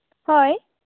ᱦᱳᱭ